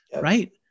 right